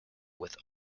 with